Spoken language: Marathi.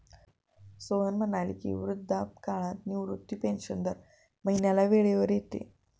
सोहन म्हणाले की, वृद्धापकाळ निवृत्ती पेन्शन दर महिन्याला वेळेवर येते